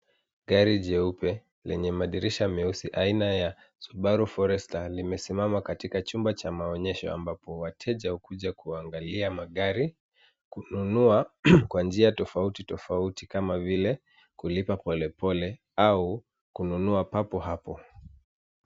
Gari jeupe, lenye madirisha meusi aina ya Subaru Forester limesimama katika chumba cha maonyesho ambapo wateja hukuja kuangalia magari, kununua Kwa njia tofauti tofauti kama vile kulipa pole pole au kununua papo hapo.